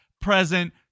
present